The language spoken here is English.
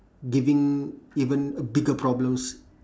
giving even a bigger problems